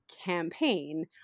campaign